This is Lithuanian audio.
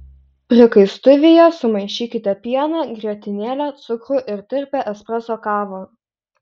prikaistuvyje sumaišykite pieną grietinėlę cukrų ir tirpią espreso kavą